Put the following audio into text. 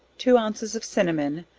two ounces of cinnamon,